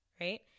right